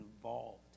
involved